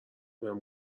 بهم